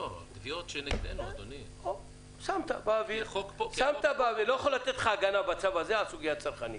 אני לא מתווכח על "ללא דיחוי".